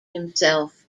himself